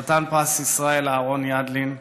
וחתן פרס ישראל אהרון ידלין,